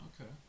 Okay